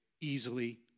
easily